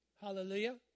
Hallelujah